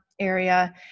area